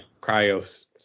cryos